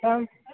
അപ്പം